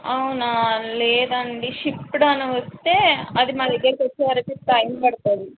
అవునా లేదండి షిప్డ్ అని వస్తే అది మా దగ్గరకి వచ్చేవరకు టైం పడుతుంది